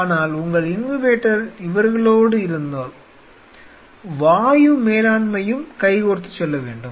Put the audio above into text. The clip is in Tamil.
ஆனால் உங்கள் இன்குபேட்டர் இவர்களோடு இருந்தால் வாயு மேலாண்மையும் கைகோர்த்துச் செல்ல வேண்டும்